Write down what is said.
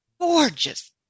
gorgeous